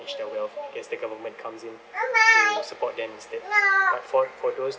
manage their wealth gets the government comes in to to support them instead but for for those